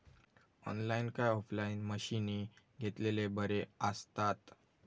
Online काय offline मशीनी घेतलेले बरे आसतात?